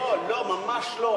לא לא, ממש לא.